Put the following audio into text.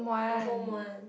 the home one